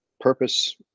purpose